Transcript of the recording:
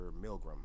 Milgram